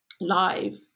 live